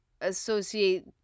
associate